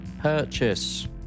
Purchase